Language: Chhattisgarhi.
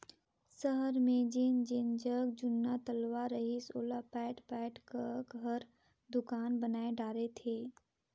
सहर मे जेन जग जुन्ना तलवा रहिस ओला पयाट पयाट क घर, दुकान बनाय डारे थे